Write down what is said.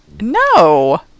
no